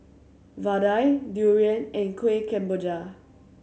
vadai durian and Kuih Kemboja